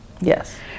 Yes